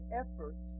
effort